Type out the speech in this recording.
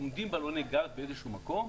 עומדים בלוני גז באיזשהו מקום,